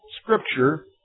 scripture